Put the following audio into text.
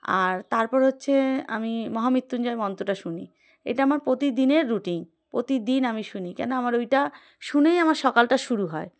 আর তারপর হচ্ছে আমি মহামৃত্যুঞ্জয় মন্ত্রটা শুনি এটা আমার প্রতিদিনের রুটিন প্রতিদিন আমি শুনি কেন আমার ওইটা শুনেই আমার সকালটা শুরু হয়